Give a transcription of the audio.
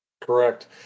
Correct